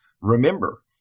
remember